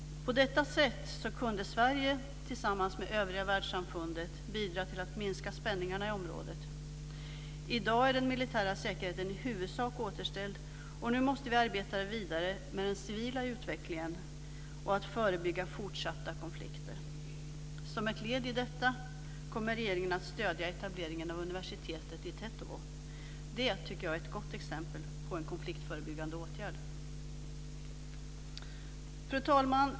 På detta sätt kunde Sverige tillsammans med övriga världssamfundet bidra till att minska spänningarna i området. I dag är den militära säkerheten i huvudsak återställd, och nu måste vi arbeta vidare med den civila utvecklingen och med att förebygga fortsatta konflikter. Som ett led i detta kommer regeringen att stödja etableringen av universitet i Tetovo. Det tycker jag är ett gott exempel på en konfliktförebyggande åtgärd. Fru talman!